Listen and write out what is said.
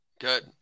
Good